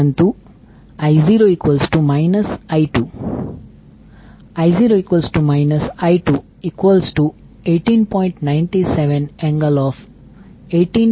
પરંતુ I0 I2 I0 I218